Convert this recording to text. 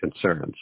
concerns